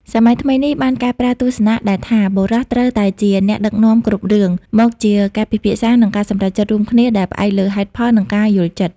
សម័យថ្មីនេះបានកែប្រែទស្សនៈដែលថាបុរសត្រូវតែជាអ្នកដឹកនាំគ្រប់រឿង មកជាការពិភាក្សា និងការសម្រេចចិត្តរួមគ្នាដែលផ្អែកលើហេតុផល និងការយោគយល់។